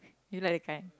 you like that kind